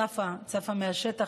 צפה מהשטח,